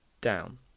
down